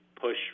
push